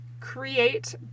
create